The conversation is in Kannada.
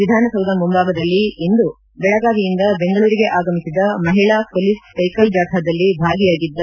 ವಿಧಾನ ಸೌಧ ಮುಂಭಾಗದಲ್ಲಿ ಇಂದು ಬೆಳಗಾವಿಯಿಂದ ಬೆಂಗಳೂರಿಗೆ ಆಗಮಿಸಿದ ಮಹಿಳಾ ಹೊಲೀಸ್ ಸೈಕಲ್ ಜಾಥಾದಲ್ಲಿ ಭಾಗಿಯಾಗಿದ್ದ